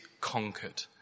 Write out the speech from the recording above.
conquered